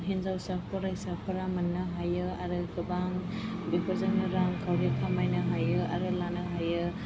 हिनजावसा फरायसाफोरा मोननो हायो आरो गोबां बेफोरजों गोबां रांखावरि खामायनो हायो आरो लानो हायो